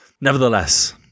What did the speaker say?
nevertheless